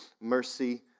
mercy